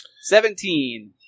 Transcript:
Seventeen